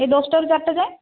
ଏଇ ଦଶଟାରୁ ଚାରିଟା ଯାଏ